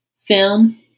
film